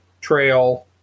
trail